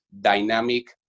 dynamic